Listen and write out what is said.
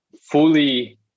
fully